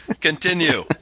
Continue